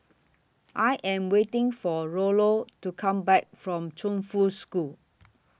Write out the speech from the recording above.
I Am waiting For Rollo to Come Back from Chongfu School